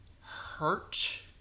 hurt